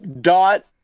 dot